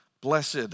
Blessed